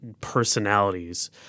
personalities –